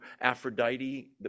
Aphrodite